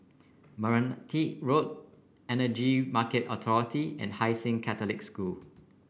Meranti Road Energy Market Authority and Hai Sing Catholic School